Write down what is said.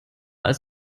als